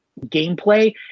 gameplay